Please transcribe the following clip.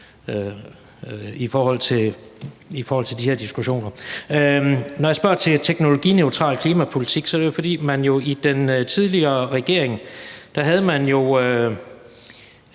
i forhold til de her diskussioner. Når jeg spørger til en teknologineutral klimapolitik, er det jo, fordi man i den tidligere regering faktisk havde